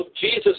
Jesus